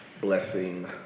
blessing